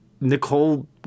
Nicole